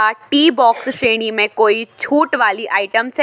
क्या T box श्रेणी में कोई छूट वाली आइटम्स हैं